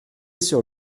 sur